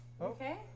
Okay